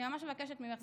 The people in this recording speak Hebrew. אני ממש מבקשת ממך,